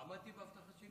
עמדתי בהבטחה שלי?